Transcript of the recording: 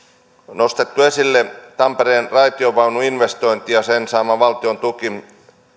nostettu esille tampereen raitiovaunuinvestointi ja sen saama valtiontuki